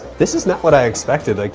this is not what i expected, like